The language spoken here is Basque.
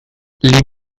liburu